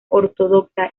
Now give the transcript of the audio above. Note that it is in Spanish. ortodoxa